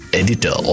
editor